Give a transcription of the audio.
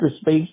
space